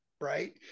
right